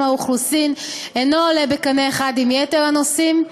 האוכלוסין אינו עולה בקנה אחד עם יתר הנושאים: